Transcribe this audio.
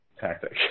tactic